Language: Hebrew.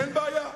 אין בעיה,